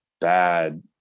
bad